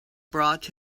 brought